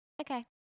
Okay